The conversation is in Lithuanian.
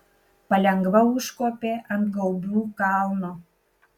palengva užkopė ant gaubių kalno